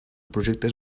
projectes